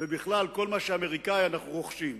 ובכלל כל מה שאמריקני אנחנו רוכשים".